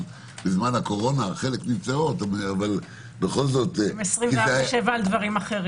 בזמן הקורונה- -- הם 24/7 על דברים אחרים.